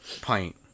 pint